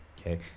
okay